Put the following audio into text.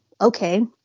okay